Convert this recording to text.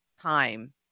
time